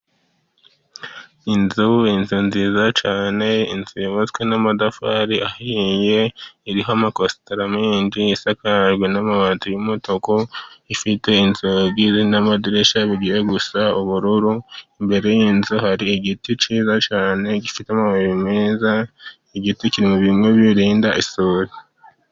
Inzu, inzu nziza cyane, inzu yubatswe n'amatafari ahiye, iriho amakositara menshi, isakajwe n'amabati y'umutuku, ifite inzu n'amadirisha bijya gusa ubururu, imbere y'inzu hari igiti cyiza cyane, gifite amababi meza, igiti kiri mubirinda isuri.